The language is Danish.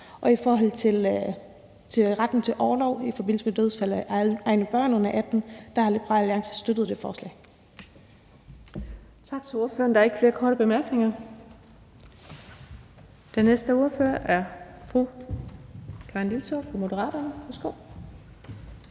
Og i forhold til retten til orlov i forbindelse med dødsfald af egne børn under 18 år har Liberal Alliance støttet det forslag.